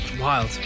Wild